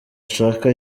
ashaka